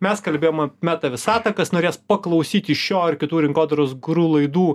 mes kalbėjom meta visatą kas norės paklausyti šio ir kitų rinkodaros guru laidų